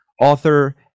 author